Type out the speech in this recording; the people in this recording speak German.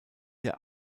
der